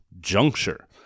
juncture